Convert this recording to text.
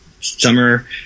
summer